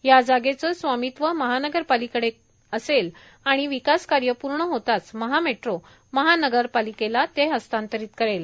या जागेचं सामित्व महानगरपालिके कडे असेल आणि विकास कार्य पूर्ण होताच महामेट्रो महानगरपालिकेला ते हस्तांतरित करेल